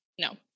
No